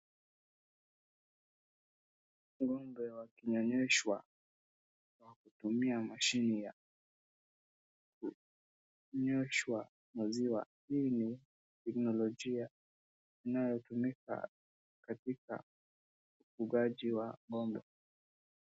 Ng'ombe wakinyonyeshwa kwa kutumia mashini ya kunyooshwa maziwa, hii ni teknnolojia inayotumika katika ufugaji wa ng'ombe.